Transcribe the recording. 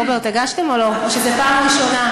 רוברט, הגשתם, או שזאת פעם ראשונה?